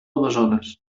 amazones